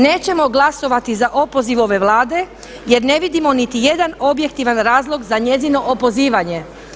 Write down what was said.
Nećemo glasovati za opoziv ove Vlade, jer ne vidimo niti jedan objektivan razlog za njezino opozivanje.